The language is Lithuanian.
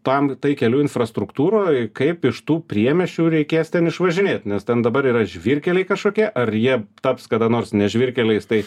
tam tai kelių infrastruktūroj kaip iš tų priemiesčių reikės ten išvažinėt nes ten dabar yra žvyrkeliai kažkokie ar jie taps kada nors ne žvyrkeliais tai